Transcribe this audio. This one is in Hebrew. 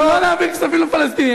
אנחנו לא נעביר כספים לפלסטינים.